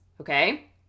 okay